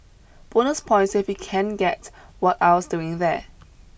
Bonus points if you can guess what I was doing there